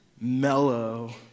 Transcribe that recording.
mellow